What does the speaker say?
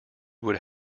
would